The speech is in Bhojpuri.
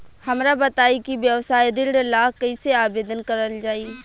हमरा बताई कि व्यवसाय ऋण ला कइसे आवेदन करल जाई?